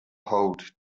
hold